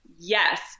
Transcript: Yes